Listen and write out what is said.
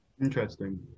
Interesting